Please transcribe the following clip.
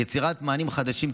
יצירת מענים חדשים,